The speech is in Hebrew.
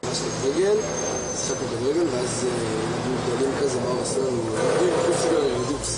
היה כדי להכניס אותנו לאווירה ובעצם לאחריות העצומה.